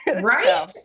Right